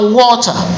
water